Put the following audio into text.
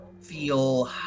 feel